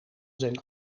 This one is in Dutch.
zijn